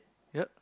yep